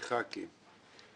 כ-12 חברי כנסת.